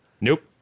Nope